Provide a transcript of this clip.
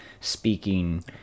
speaking